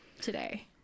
today